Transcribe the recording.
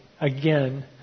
again